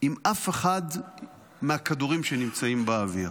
עם אף אחד מהכדורים שנמצאים באוויר.